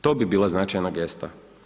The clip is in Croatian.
To bi bila značajna gesta.